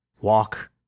Walk